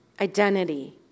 identity